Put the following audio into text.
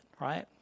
right